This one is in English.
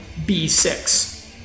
B6